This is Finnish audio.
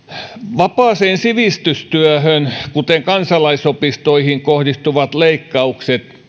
vapaaseen sivistystyöhön kuten kansalaisopistoihin kohdistuvat leikkaukset